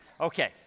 Okay